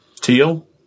Teal